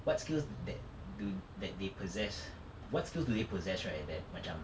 what skills that do that they possess what skills do they possess right macam